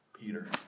Peter